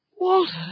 Walter